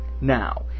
Now